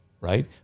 right